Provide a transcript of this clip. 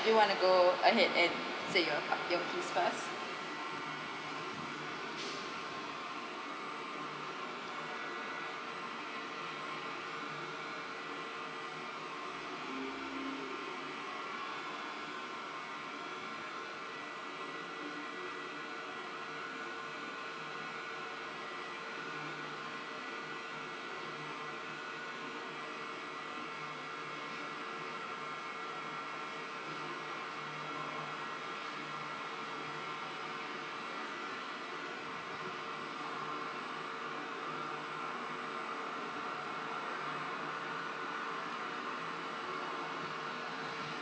you wanna go ahead and say your part your piece first